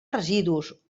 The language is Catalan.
residus